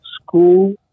school